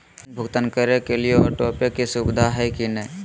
ऋण भुगतान करे के लिए ऑटोपे के सुविधा है की न?